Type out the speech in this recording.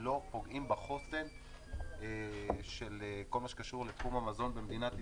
לא פוגעים בחוסן של כל מה שקשור לתחום המזון במדינת ישראל.